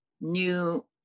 new